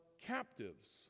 captives